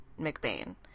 McBain